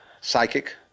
psychic